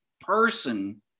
person